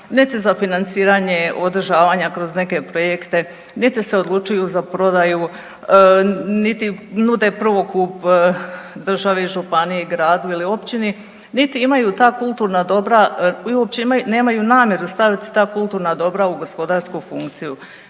niti za financiranje održavanja kroz neke projekte, niti se odlučuju za prodaju, niti nude prvokup državi, županiji, gradu ili općini, niti imaju ta kulturna dobra i uopće nemaju namjeru staviti ta kulturna dobra u gospodarsku funkciju.